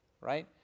right